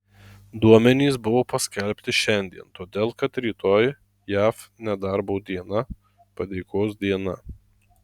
duomenys buvo paskelbti šiandien todėl kad rytoj jav nedarbo diena padėkos diena